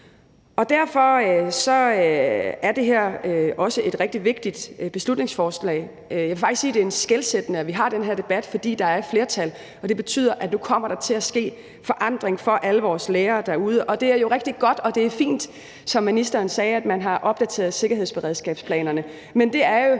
dag. Derfor er det her også et rigtig vigtigt beslutningsforslag. Jeg vil faktisk sige, at det er skelsættende, at vi har den her debat, fordi der er et flertal, og det betyder, at nu kommer der til at ske forandring for alle vores lærere derude. Det er jo rigtig godt og rigtig fint, at man, som ministeren sagde, har opdateret sikkerhedsberedskabsplanerne, men